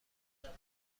کرد